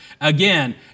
Again